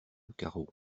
carreau